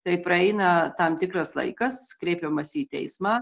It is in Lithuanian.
tai praeina tam tikras laikas kreipiamasi į teismą